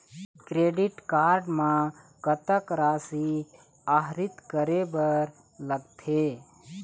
Credit card म कतक राशि आहरित करे बर लगथे?